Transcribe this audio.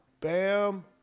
bam